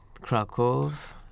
Krakow